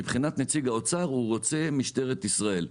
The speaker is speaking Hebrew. מבחינת נציג האוצר הוא רוצה משטרת ישראל,